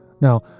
Now